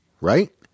right